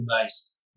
based